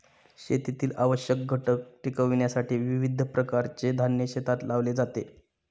शेतीतील आवश्यक घटक टिकविण्यासाठी विविध प्रकारचे धान्य शेतात लावले जाते